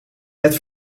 het